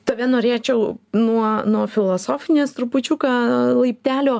tave norėčiau nuo nuo filosofinės trupučiuką laiptelio